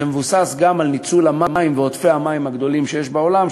זה מבוסס גם על ניצול המים ועודפי המים הגדולים שיש בעולם,